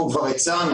אנחנו כבר הצענו